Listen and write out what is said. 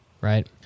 Right